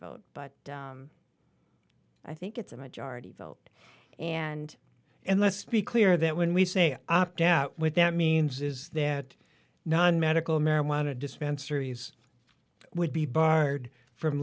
vote but i think it's a majority vote and and let's be clear that when we say opt out what that means is that non medical marijuana dispensaries would be barred from